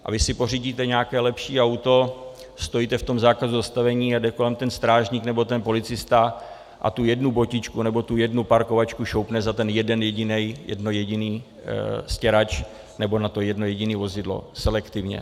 A vy si pořídíte nějaké lepší auto, stojíte v tom zákazu zastavení a jde kolem ten strážník nebo ten policista a tu jednu botičku, nebo tu jednu parkovačku šoupne za ten jeden jediný stěrač nebo na to jedno jediné vozidlo, selektivně.